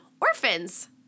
Orphans